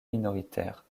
minoritaires